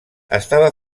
estava